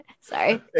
Sorry